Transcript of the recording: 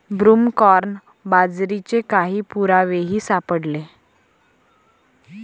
broomcorn बाजरीचे काही पुरावेही सापडले